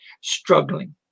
struggling